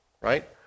right